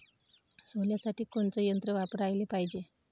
सोल्यासाठी कोनचं यंत्र वापराले पायजे?